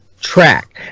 track